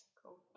cool